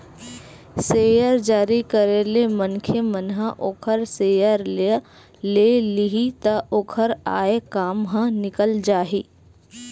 share जारी करे ले मनखे मन ह ओखर सेयर ल ले लिही त ओखर आय काम ह निकल जाही